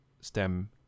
stem